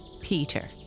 Peter